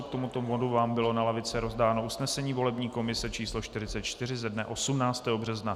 K tomuto bodu vám bylo na lavice rozdáno usnesení volební komise číslo 44 ze dne 18. března.